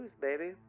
baby